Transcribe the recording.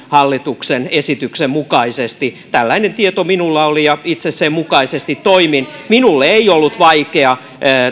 hallituksen esityksen mukaisesti tällainen tieto minulla oli ja itse sen mukaisesti toimin minulle ei ollut vaikea